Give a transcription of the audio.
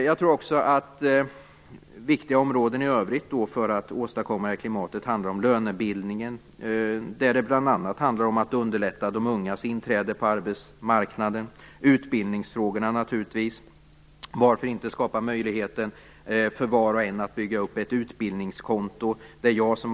Jag tror att det finns också övriga viktiga områden när det gäller att åstadkomma ett sådant klimat. Det handlar bl.a. om lönebildningen, om underlättande av de ungas inträde på arbetsmarknaden liksom naturligtvis om utbildningsfrågorna. Varför inte skapa möjligheter för var och en att bygga upp ett utbildningskonto?